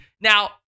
Now